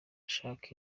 ushaka